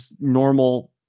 normal